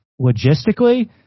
logistically